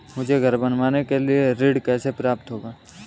मुझे घर बनवाने के लिए ऋण कैसे प्राप्त होगा?